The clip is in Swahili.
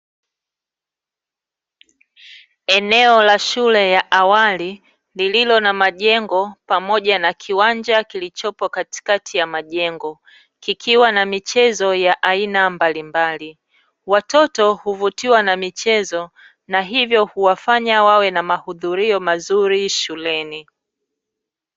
Eneo la shule ya awali, lililo na majengo pamoja na kiwanja kilichopo katikati ya majengo, kikiwa na michezo ya aina mbalimbali. Watoto huvutiwa na michezo na hivyo huwafanya wawe na mahudhurio mazuri shuleni.